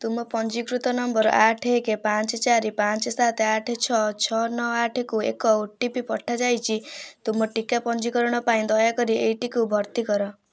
ତୁମ ପଞ୍ଜୀକୃତ ନମ୍ବର୍ ଆଠ ଏକ ପାଞ୍ଚ ଚାରି ପାଞ୍ଚ ସାତ ଆଠ ଛଅ ଛଅ ନଅ ଆଠକୁ ଏକ ଓ ଟି ପି ପଠାଯାଇଛି ତୁମ ଟିକା ପଞ୍ଜୀକରଣ ପାଇଁ ଦୟାକରି ଏଇଟିକୁ ଭର୍ତ୍ତି କର